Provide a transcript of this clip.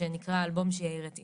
שנקרא "האלום שיעיר את אמא".